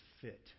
fit